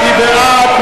מי בעד?